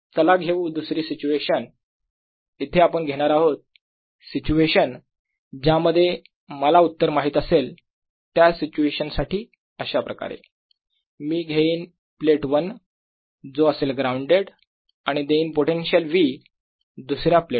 चला घेऊ दुसरी सिच्युएशन इथे आपण घेणार आहोत सिच्युएशन ज्यामध्ये मला उत्तर माहित असेल त्या सिच्युएशन साठी अशाप्रकारे मी घेईन प्लेट 1 जो असेल ग्राउंडेड आणि देईन पोटेन्शियल V दुसऱ्या प्लेटवर